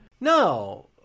no